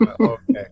okay